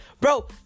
Bro